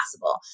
possible